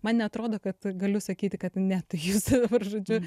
man neatrodo kad galiu sakyti kad ne tai jūs dabar žodžiu